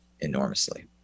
enormously